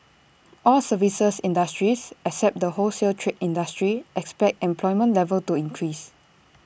all services industries except the wholesale trade industry expect employment level to increase